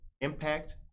impact